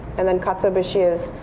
and then katsuobushi is